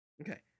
okay